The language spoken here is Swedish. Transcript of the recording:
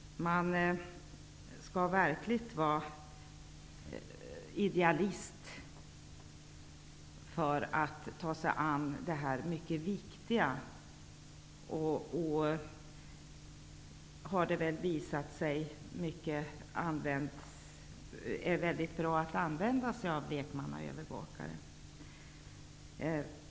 Man skall vara verklig idealist för att ta sig an denna viktiga uppgift. Det har visat sig att det är mycket bra att använda sig av lekmannaövervakare.